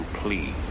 please